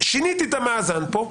שיניתי את המאזן פה,